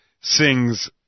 sings